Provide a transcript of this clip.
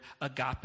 agape